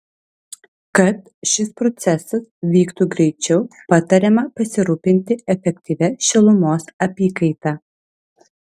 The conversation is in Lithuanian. kad šis procesas vyktų greičiau patariama pasirūpinti efektyvia šilumos apykaita